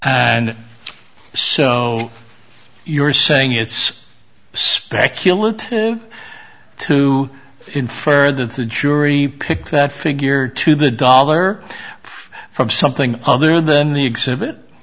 and so you're saying it's speculative to infer that the jury picked that figure to the dollar from something other than the exhibit